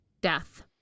Death